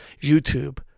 YouTube